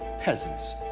peasants